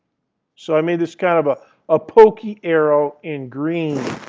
so i made this kind of ah ah pokey arrow in green.